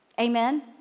Amen